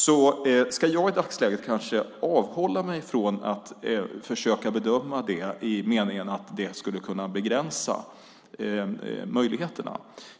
Jag ska i dagsläget avhålla mig från att försöka bedöma det i meningen att det skulle kunna begränsa möjligheterna.